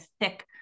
thick